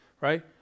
right